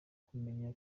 kumenya